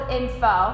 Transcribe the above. info